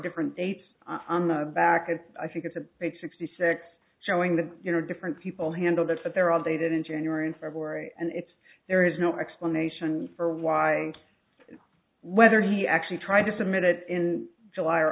different dates on the back and i think it's a sixty six showing that you know different people handled it but they're all dated in january and february and it's there is no explanation for why whether he actually tried to submit it in july or